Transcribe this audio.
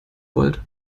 volt